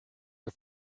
are